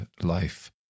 life